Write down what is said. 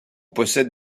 possède